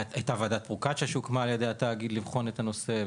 הייתה ועדת פרוקצ'יה שהוקמה על ידי התאגיד כדי לבחון את הנושא.